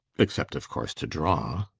except, of course, to draw.